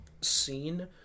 scene